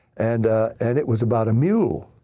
and and it was about a mule.